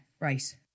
right